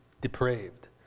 depraved